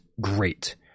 great